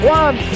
one